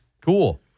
Cool